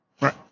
Right